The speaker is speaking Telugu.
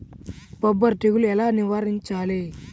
బొబ్బర తెగులు ఎలా నివారించాలి?